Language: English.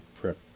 prep